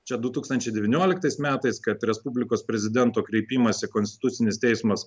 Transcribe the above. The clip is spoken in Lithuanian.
čia du tūkstančiai devynioliktais metais kad respublikos prezidento kreipimąsi konstitucinis teismas